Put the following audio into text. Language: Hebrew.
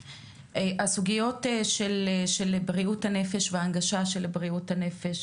הסוגיות של בריאות הנפש וההנגשה של בריאות הנפש,